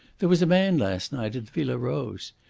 there was a man last night at the villa rose.